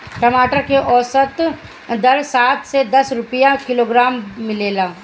टमाटर के औसत दर सात से दस रुपया किलोग्राम बिकला?